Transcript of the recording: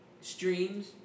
streams